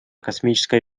космическая